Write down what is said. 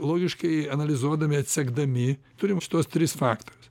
logiškai analizuodami atsekdami turim šituos tris faktorius